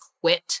quit